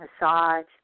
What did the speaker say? massage